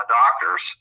doctors